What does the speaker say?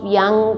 young